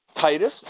Titus